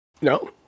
No